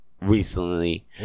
recently